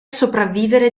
sopravvivere